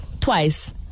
Twice